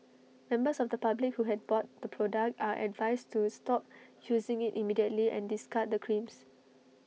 members of the public who have bought the product are advised to stop using IT immediately and discard the creams